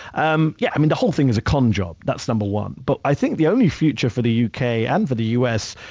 um yeah um and whole thing is a con job, that's number one. but i think the only future for the u. k. and for the u. s,